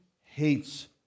hates